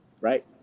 Right